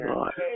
Lord